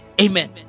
Amen